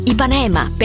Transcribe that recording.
Ipanema